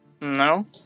No